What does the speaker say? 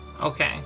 Okay